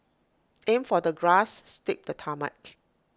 aim for the grass skip the tarmac